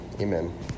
amen